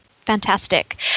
Fantastic